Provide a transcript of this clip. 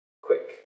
quick